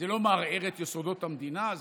זה לא מערער את יסודות המדינה,